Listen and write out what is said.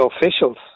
officials